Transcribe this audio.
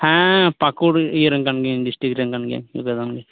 ᱦᱮᱸ ᱯᱟᱹᱠᱩᱲ ᱤᱭᱟᱹᱨᱮᱱ ᱠᱟᱱ ᱜᱮᱭᱟᱹᱧ ᱰᱤᱥᱴᱤᱠ ᱨᱮᱱ ᱠᱟᱱ ᱜᱤᱭᱟᱹᱧ ᱱᱚᱛᱮᱨᱮᱱᱜᱮ